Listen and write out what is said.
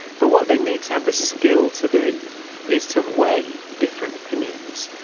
but what they need to have the skill to do is to weigh different opinions,